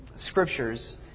scriptures